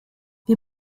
wir